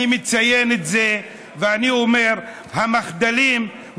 אני מציין את זה ואני אומר: המחדלים,